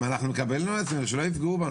אם אנחנו נקבל --- שלא יפגעו בנו.